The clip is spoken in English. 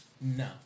No